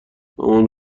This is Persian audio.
مامان